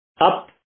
up